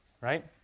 right